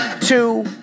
two